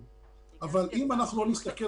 אחריה ערן וינטרוב, מנכ"ל ארגון "לתת".